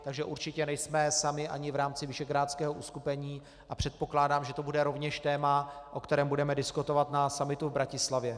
Takže určitě nejsme sami ani v rámci visegrádského uskupení a předpokládám, že to bude rovněž téma, o kterém budeme diskutovat na summitu v Bratislavě.